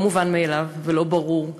לא מובן מאליו ולא ברור.